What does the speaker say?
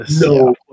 no